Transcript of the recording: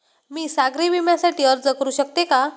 मी सागरी विम्यासाठी अर्ज करू शकते का?